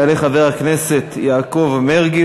יעלה חבר הכנסת יעקב מרגי,